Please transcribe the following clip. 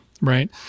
right